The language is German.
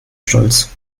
stolz